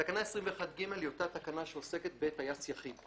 תקנה 21ג היא אותה תקנה שעוסקת בטייס יחיד,